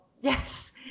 yes